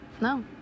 No